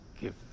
give